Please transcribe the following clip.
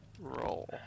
roll